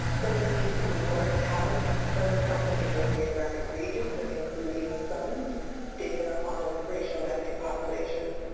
some of these reports have focused on particular geographic regions and including some data on racial and ethnic populations,